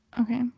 okay